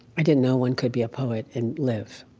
i didn't know one could be a poet and live.